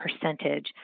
percentage